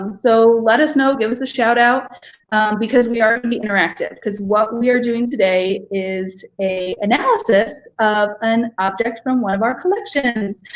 um so let us know. give us a shout out because we are gonna be interactive. cause what we are doing today is a analysis of an object from one of our collections,